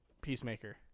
Peacemaker